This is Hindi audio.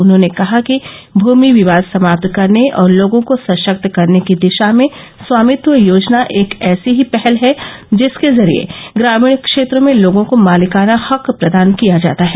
उन्होंने कहा कि भूमि विवाद समाप्त करने और लोगों को सशक्त करने की दिशा में स्वामित्व योजना एक ऐसी ही पहल है जिसके जरिए ग्रामीण क्षेत्रों में लोगों को मालिकाना हक प्रदान किया जाता है